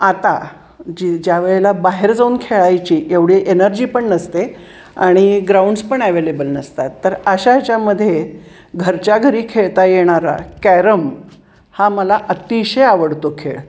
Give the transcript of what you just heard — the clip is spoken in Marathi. आता जी ज्यावेळेला बाहेर जाऊन खेळायची एवढी एनर्जी पण नसते आणि ग्राउंड्स पण ॲवेलेबल नसतात तर अशा ह्याच्यामध्ये घरच्या घरी खेळता येणारा कॅरम हा मला अतिशय आवडतो खेळ